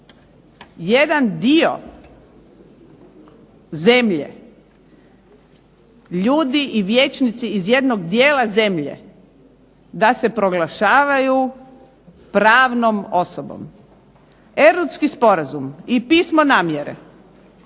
jedan dio zemlje ljudi i vijećnici iz jednog dijela zemlje da se proglašavaju pravnom osobom. Erdutski sporazum i pismo namjere,